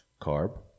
carb